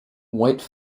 white